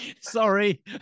Sorry